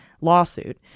lawsuit